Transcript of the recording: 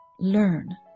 Learn